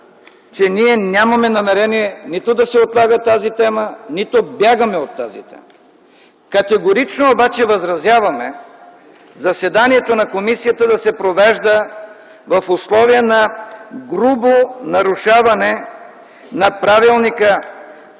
ние нямаме намерение нито да се отлага тази тема, нито бягаме от нея. Категорично обаче възразяваме заседанието на комисията да се провежда в условия на грубо нарушаване както на Правилника